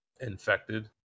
infected